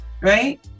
right